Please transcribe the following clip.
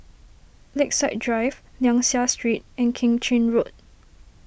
Lakeside Drive Liang Seah Street and Keng Chin Road